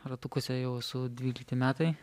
ratukuose jau esu dvylikti metai